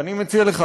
ואני מציע לך,